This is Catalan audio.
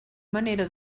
manera